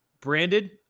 branded